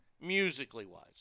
musically-wise